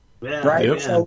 right